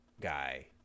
guy